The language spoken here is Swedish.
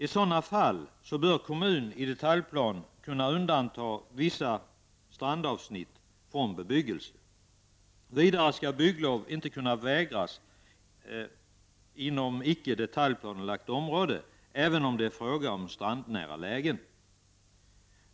I sådana fall bör kommun i detaljplan kunna undanta vissa strandavsnitt från bebyggelse. Vidare skall bygglov inte kunna vägras inom icke detaljplanelagt område, även om det är fråga om strandnära lägen.